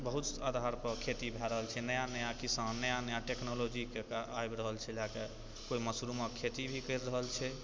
बहुत आधार पर खेती भए रहल छै नया नया किसान नया नया टेक्नोलॉजी कएके आबि रहल छै लएके कोइ मशरूमक खेती भी करि रहल छै